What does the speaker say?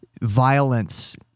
violence